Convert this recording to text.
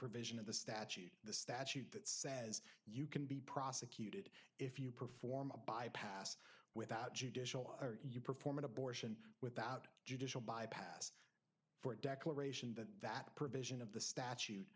provision of the statute the statute that says you can be prosecuted if you perform a bypass without judicial are you perform an abortion without judicial bypass for a declaration that that provision of the statute